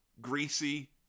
greasy